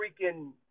freaking